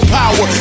power